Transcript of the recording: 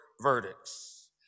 verdicts